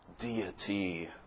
deity